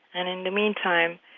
and in the meantime,